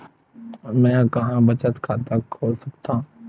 मेंहा कहां बचत खाता खोल सकथव?